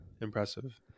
impressive